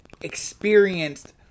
experienced